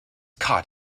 caught